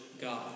God